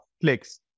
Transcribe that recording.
clicks